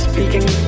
Speaking